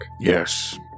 Yes